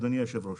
אדוני היושב-ראש.